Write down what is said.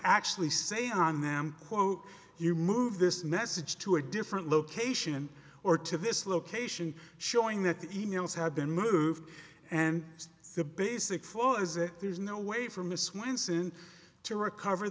actually say on them quote you move this message to a different location or to this location showing that the e mails have been moved and the basics there's no way for miss winson to recover